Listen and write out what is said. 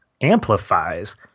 amplifies